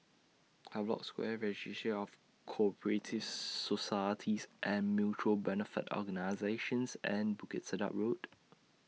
Havelock Square Registry of Co Operative Societies and Mutual Benefit Organisations and Bukit Sedap Road